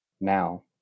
now